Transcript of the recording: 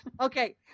Okay